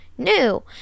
new